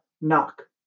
knock